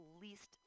least